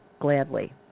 gladly